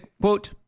quote